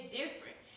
different